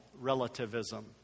relativism